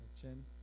Chin